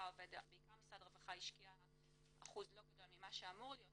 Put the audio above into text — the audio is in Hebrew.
ובעיקר משרד הרווחה השקיע אחוז לא גדול ממה שאמור להיות